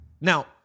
Now